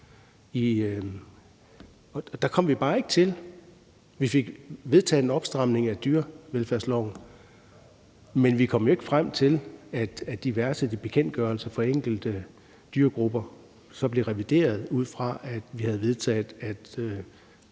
der kom vi bare ikke til. Vi fik vedtaget en stramning af dyrevelfærdsloven, men vi kom jo ikke frem til, at diverse af de bekendtgørelser for enkelte dyregrupper så blev revideret ud fra, at vi havde vedtaget, at